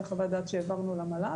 זאת חוות הדעת שהעברנו למל"ג,